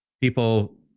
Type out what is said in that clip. people